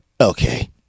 okay